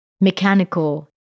mechanical